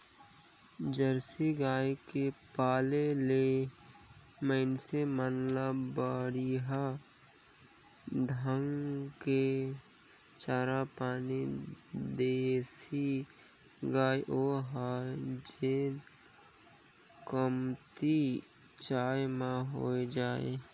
Jersey गाय के पाले ले मइनसे मन ल बड़िहा ढंग के चारा चाही देसी गाय नो हय जेन कमती चारा म हो जाय